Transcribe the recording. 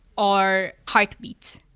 or heartbeat.